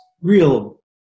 real